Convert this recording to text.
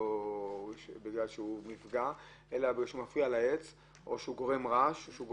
בגלל שהוא מפגע, בגלל שהוא גורם לרעש או לריח,